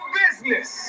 business